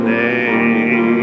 name